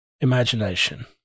imagination